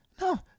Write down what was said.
no